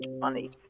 Funny